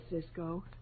Cisco